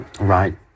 right